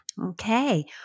Okay